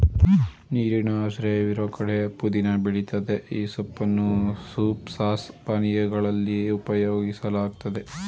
ನೀರಿನ ಆಶ್ರಯವಿರೋ ಕಡೆ ಪುದೀನ ಬೆಳಿತದೆ ಈ ಸೊಪ್ಪನ್ನು ಸೂಪ್ ಸಾಸ್ ಪಾನೀಯಗಳಲ್ಲಿ ಉಪಯೋಗಿಸಲಾಗ್ತದೆ